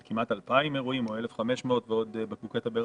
של כ-1,500 אירועים ועוד בקבוקי תבער